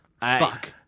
Fuck